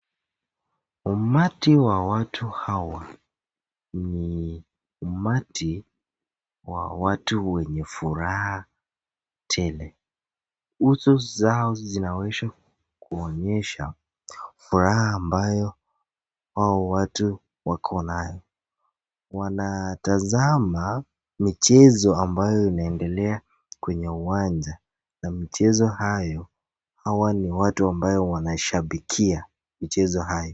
Umati wa watu hawa ni umati wa watu wenye furaha tele. Uso zao zinaweza kuonyesha furaha ambao hao watu wako nayo, wanatazama michezo ambayo inaendelea kwenye uwanja na michezo hayo hawa ni watu wanashabikia michezo hayo.